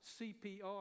CPR